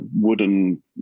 wooden